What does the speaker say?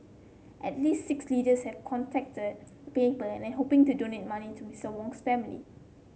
at least six leaders have contacted the paper and hoping to donate money to Mister Wang's family